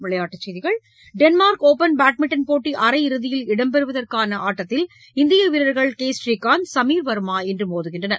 விளையாட்டுச்செய்திகள் Denmark open badminton போட்டி அரையிறுதியில் இடம்பெறுவதற்கான ஆட்டத்தில் இந்திய வீரர்கள் ஸ்ரீகாந்த் சமீர் வர்மா இன்று மோதுகின்றனர்